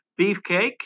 Beefcake